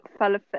falafel